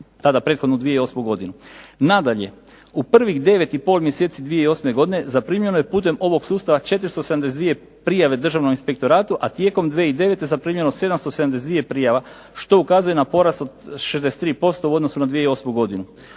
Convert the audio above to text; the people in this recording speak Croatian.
tada prethodnu 2008. godinu. Nadalje, u prvih devet i pol mjeseci 2008. godine zaprimljeno je putem ovog sustava 472 prijave Državnom inspektoratu a tijekom 2009. zaprimljeno je 772 prijave što ukazuje na porast od 63% u odnosu na 2008. godinu.